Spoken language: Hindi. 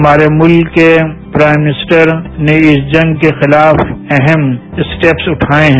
हमारे मुल्क के प्राइम मिनिस्टर ने इस पर्ण के खिलाफ अहम स्टेप्स रवाए हैं